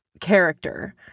character